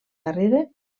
darrere